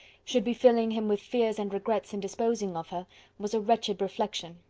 should be filling him with fears and regrets in disposing of her was a wretched reflection,